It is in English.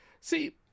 see